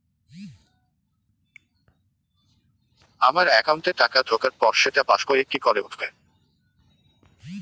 আমার একাউন্টে টাকা ঢোকার পর সেটা পাসবইয়ে কি করে উঠবে?